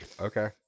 Okay